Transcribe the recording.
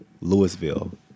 Louisville